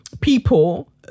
people